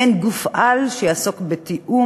מעין גוף-על שיעסוק בתיאום,